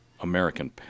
American